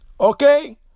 okay